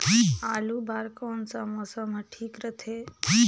आलू बार कौन सा मौसम ह ठीक रथे?